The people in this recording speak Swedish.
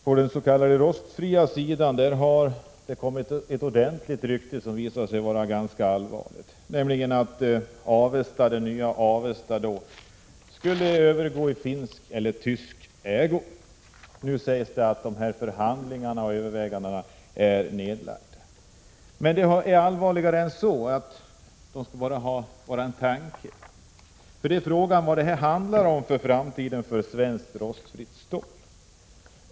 På den s.k. rostfria sidan har ett ordentligt rykte dykt upp som visat sig vara ganska allvarligt, nämligen att det nya Avesta AB skulle övergå i finsk eller tysk ägo. Nu sägs det att dessa förhandlingar är nedlagda. Men det är allvarligare än så. Det är nämligen fråga om hur detta påverkar framtiden för svenskt rostfritt stål.